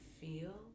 feel